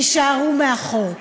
יישארו מאחור.